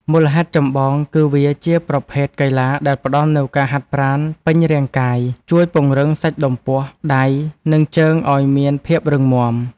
មូលហេតុចម្បងគឺវាជាប្រភេទកីឡាដែលផ្ដល់នូវការហាត់ប្រាណពេញរាងកាយ ជួយពង្រឹងសាច់ដុំពោះ ដៃ និងជើងឱ្យមានភាពរឹងមាំ។